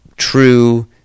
true